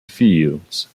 fields